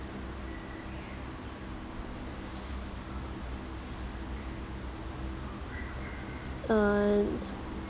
uh